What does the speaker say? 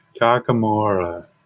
Kakamora